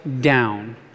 down